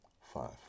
five